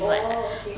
oh okay